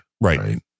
Right